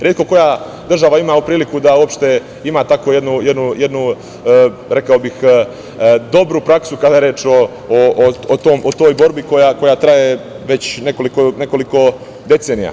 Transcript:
Retko koja država ima priliku da uopšte ima takvu jednu, rekao bih, dobru praksu kada je reč o toj borbi koja traje već nekoliko decenija.